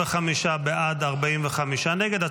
55 בעד, 45 נגד.